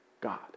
God